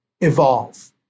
evolve